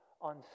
on